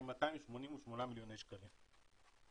כ-288 מיליוני שקלים.